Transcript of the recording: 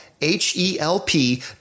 h-e-l-p